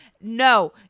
No